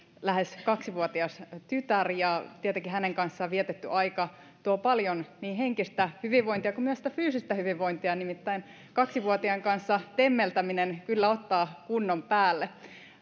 lähes kaksivuotias tytär ja tietenkin hänen kanssaan vietetty aika tuo paljon niin henkistä hyvinvointia kuin myös sitä fyysistä hyvinvointia nimittäin kaksivuotiaan kanssa temmeltäminen kyllä ottaa kunnon päälle